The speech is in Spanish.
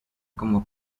como